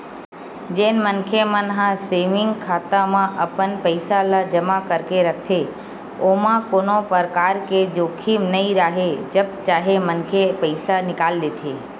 जेन मनखे मन ह सेंविग खाता म अपन पइसा ल जमा करके रखथे ओमा कोनो परकार के जोखिम नइ राहय जब चाहे मनखे पइसा निकाल लेथे